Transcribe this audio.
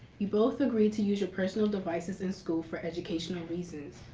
you both agreed to use your personal devices in school for educational reasons.